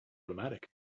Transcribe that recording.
automatic